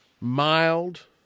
mild